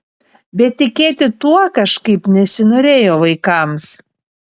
bet tikėti tuo kažkaip nesinorėjo vaikams